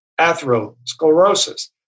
atherosclerosis